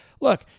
Look